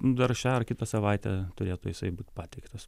dar šią ar kitą savaitę turėtų jisai būt pateiktas